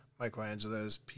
Michelangelo's